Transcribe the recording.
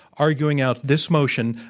arguing out this motion,